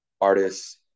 artists